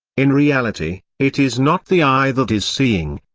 in reality, it is not the eye that is seeing.